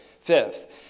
Fifth